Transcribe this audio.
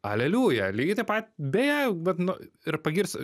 aleliuja lygiai taip pat beje vat nu ir pagirsiu